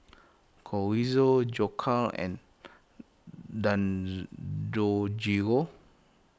Chorizo Jokbal and Dangojiru